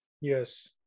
Yes